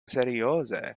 serioze